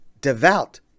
devout